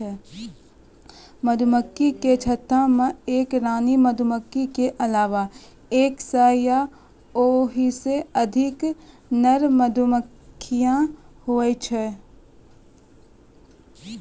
मधुमक्खी के छत्ता मे एक रानी मधुमक्खी के अलावा एक सै या ओहिसे अधिक नर मधुमक्खी हुवै छै